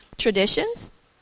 traditions